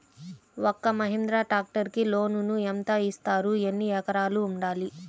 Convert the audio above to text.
ఒక్క మహీంద్రా ట్రాక్టర్కి లోనును యెంత ఇస్తారు? ఎన్ని ఎకరాలు ఉండాలి?